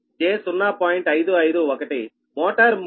551మోటారు 3 కి j0